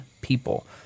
people